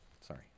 Sorry